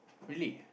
really